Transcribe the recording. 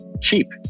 cheap